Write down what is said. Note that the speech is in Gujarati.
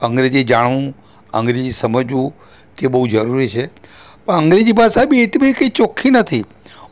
અંગ્રેજી જાણવું અંગ્રેજી સમજવું તે બહુ જરૂરી છે પણ અંગ્રેજી ભાષા બી એટલી બધી કઈ ચોખી નથી